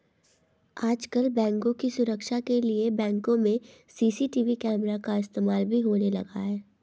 आजकल बैंकों की सुरक्षा के लिए बैंकों में सी.सी.टी.वी कैमरा का इस्तेमाल भी होने लगा है